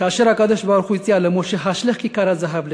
כאשר הקדוש-ברוך-הוא הציע למשה: השלך כיכר הזהב לאש,